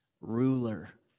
ruler